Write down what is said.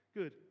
good